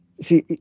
see